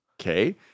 Okay